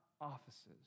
offices